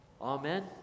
Amen